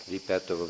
Ripeto